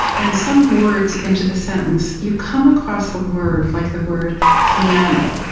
and some words in to the sentence you come across a word like the word piano.